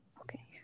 Okay